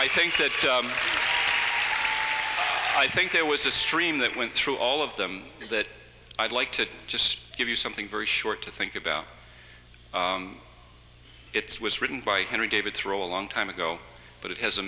you thank you i think there was a stream that went through all of them that i'd like to just give you something very short to think about it's was written by henry david thoreau a long time ago but it has a